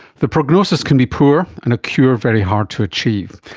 the prognosis can be poor and a cure very hard to achieve.